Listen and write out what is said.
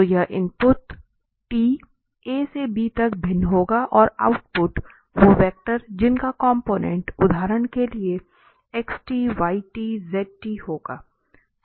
तो यह input t a से b तक भिन्न होगा और आउटपुट वो वेक्टर जिनका कॉम्पोनेन्ट उदाहरण के लिए x y z होगा